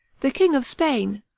the king of spain,